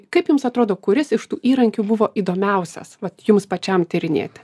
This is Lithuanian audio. kaip jums atrodo kuris iš tų įrankių buvo įdomiausias vat jums pačiam tyrinėti